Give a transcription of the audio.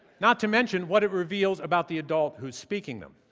not to mention what it reveals about the adult who's speaking them.